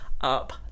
Up